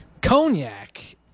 Cognac